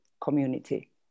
community